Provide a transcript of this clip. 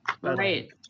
Right